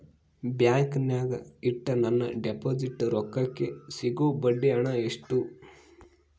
ಬ್ಯಾಂಕಿನಾಗ ಇಟ್ಟ ನನ್ನ ಡಿಪಾಸಿಟ್ ರೊಕ್ಕಕ್ಕೆ ಸಿಗೋ ಬಡ್ಡಿ ಹಣ ಎಷ್ಟು?